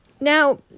Now